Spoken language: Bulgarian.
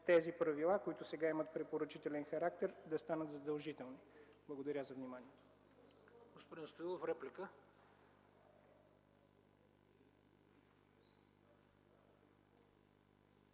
тези правила, които сега имат препоръчителен характер, да станат задължителни. Благодаря за вниманието.